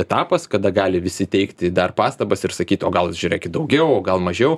etapas kada gali visi teikti dar pastabas ir sakyt o gal žiūrėkit daugiau o gal mažiau